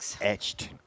etched